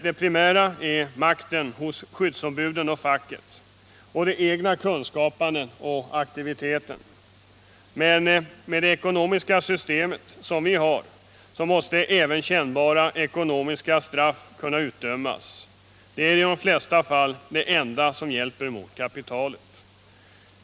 Det primära är makten hos skyddsombuden och facket, och det egna kunskapandet och den egna aktiviteten. Men med det ekonomiska system som vi har måste även kännbara ekonomiska straff kunna utdömas. Det är i de flesta fall det enda som hjälper mot kapitalet.